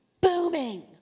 booming